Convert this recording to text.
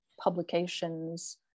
publications